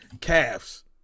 calves